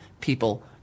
people